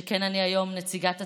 שכן היום אני נציגת הצעירים,